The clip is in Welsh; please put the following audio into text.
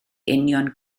union